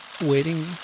waiting